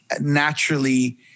naturally